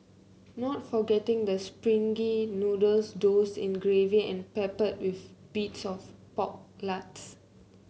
not forgetting the springy noodles doused in gravy and peppered with bits of pork lards